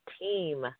team